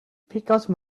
because